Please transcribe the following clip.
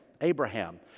Abraham